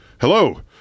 Hello